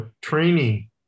training